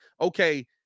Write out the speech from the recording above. okay